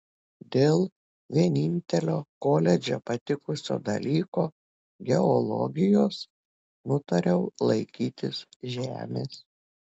dėl vienintelio koledže patikusio dalyko geologijos nutariau laikytis žemės